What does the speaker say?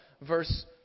verse